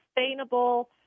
sustainable